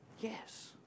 Yes